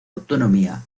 autonomía